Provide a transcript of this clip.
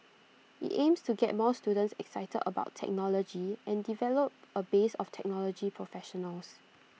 IT aims to get more students excited about technology and develop A base of technology professionals